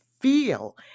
feel